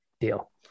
Deal